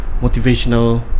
motivational